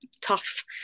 tough